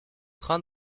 train